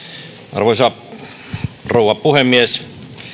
arvoisa rouva puhemies